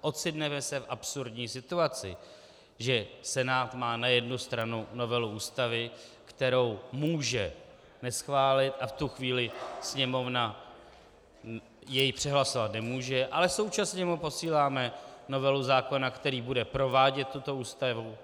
Ocitneme se v absurdní situaci, že Senát má na jednu stranu novelu Ústavy, kterou může neschválit, a v tu chvíli Sněmovna jej přehlasovat nemůže, ale současně mu posíláme novelu zákona, který bude provádět tuto Ústavu,